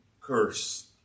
curse